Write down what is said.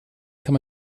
kann